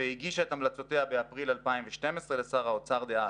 והגישה את המלצותיה באפריל 2012 לשר האוצר דאז.